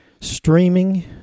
streaming